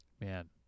Man